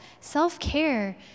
self-care